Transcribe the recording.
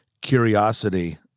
curiosity